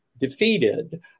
defeated